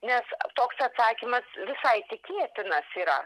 nes toks atsakymas visai tikėtinas yra